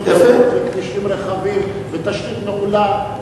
טובות וכבישים רחבים ותשתית מעולה.